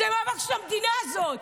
זה מאבק של המדינה הזאת.